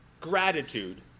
gratitude